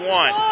one